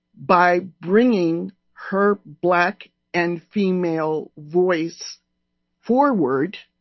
by bringing her black and female voice forward